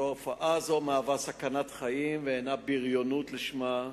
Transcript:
תופעה זאת מהווה סכנת חיים והינה בריונות לשמה.